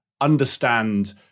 understand